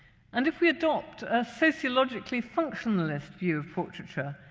and if we adopt a sociologically functionalist view of portraiture,